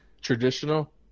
traditional